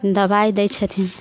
दबाइ दय छथिन